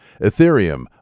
Ethereum